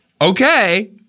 okay